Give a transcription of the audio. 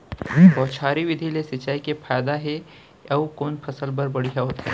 बौछारी विधि ले सिंचाई के का फायदा हे अऊ कोन फसल बर बढ़िया होथे?